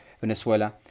Venezuela